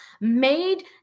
made